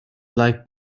like